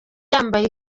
yambaye